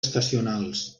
estacionals